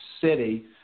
City